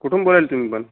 कुठून बोलायले तुम्ही पण